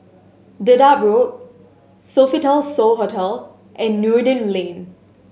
Dedap Road Sofitel So Hotel and Noordin Lane